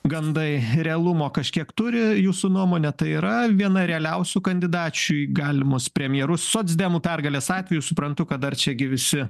gandai realumo kažkiek turi jūsų nuomone tai yra viena realiausių kandidačių į galimus premjerus socdemų pergalės atveju suprantu kad dar čia gi visi